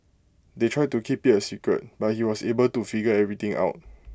they tried to keep IT A secret but he was able to figure everything out